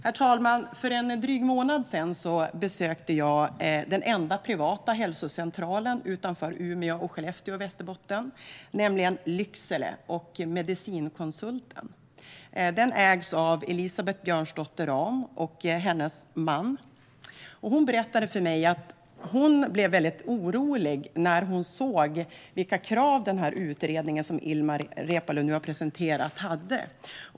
Herr talman! För en dryg månad sedan besökte jag den enda privata hälsocentralen utanför Umeå och Skellefteå i Västerbotten. Det är Medicinkonsulten AB i Lycksele. Den ägs av Elisabeth Björnsdotter Rahm och hennes man. Hon berättade för mig att hon blev mycket orolig när hon såg vilka krav som den här utredningen som Ilmar Reepalu nu har presenterat hade.